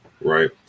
right